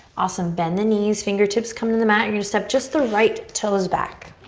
awesome. bend the knees. fingertips come to the mat. you're gonna step just the right toes back.